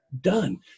done